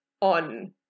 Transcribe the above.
on